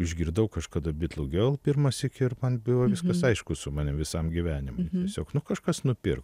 išgirdau kažkada bitlų gel pirmąsyk ir man buvo viskas aišku su manim visam gyvenimui tiesiog nu kažkas nupirko